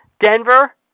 Denver